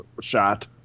shot